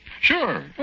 Sure